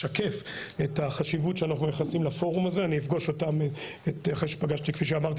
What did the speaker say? בתוכנית שאני הכרתי לשמחתי, ובכך אני גם אמרתי